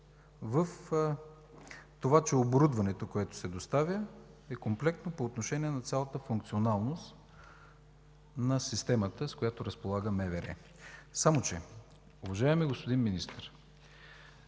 в това, че оборудването, което се доставя, е комплектно по отношение на цялата функционалност на системата, с която разполага МВР. Само че, уважаеми господин Министър,